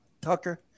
Tucker